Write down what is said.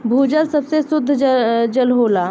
भूजल सबसे सुद्ध जल होला